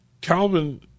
Calvin